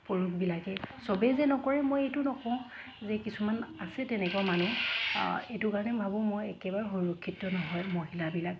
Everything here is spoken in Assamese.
পুৰুষবিলাকে চবেই যে নকৰে মই এইটো নকওঁ যে কিছুমান আছে তেনেকুৱা মানুহ এইটো কাৰণে ভাবোঁ মই একেবাৰে সুৰক্ষিত নহয় মহিলাবিলাক